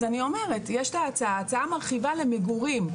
אז אני אומרת, יש את ההצעה המרחיבה למגורים.